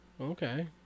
Okay